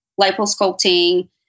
liposculpting